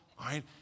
right